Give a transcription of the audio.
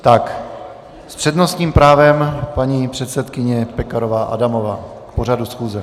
S přednostním právem paní předsedkyně Pekarová Adamová k pořadu schůze.